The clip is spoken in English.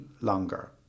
longer